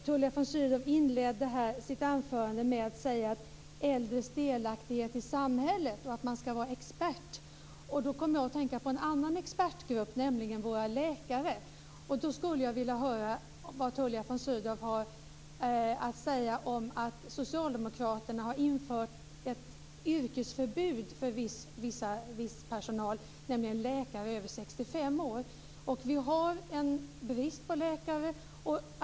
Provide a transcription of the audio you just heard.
Tullia von Sydow inledde sitt anförande här med att tala om äldres delaktighet i samhället och om att man skall vara expert. Då kom jag att tänka på en annan expertgrupp, nämligen våra läkare. Vad har Tullia von Sydow att säga om att Socialdemokraterna har infört yrkesförbud för viss personal, nämligen för läkare över 65 år? Men det råder ju brist på läkare.